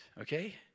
okay